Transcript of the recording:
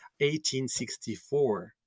1864